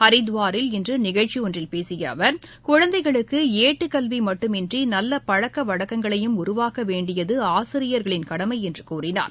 ஹரித்துவாரில் இன்று நிகழ்ச்சி ஒன்றில் பேசிய அவர் குழந்தைகளுக்கு ஏட்டுக்கல்வி மட்டுமன்றி நல்ல பழக்க வழக்கங்களையும் உருவாக்க வேண்டியது ஆசிரியர்களின் கடமை என்று கூறினார்